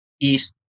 east